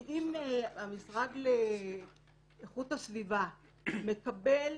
אם המשרד לאיכות הסביבה מקבל